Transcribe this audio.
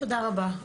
תודה רבה.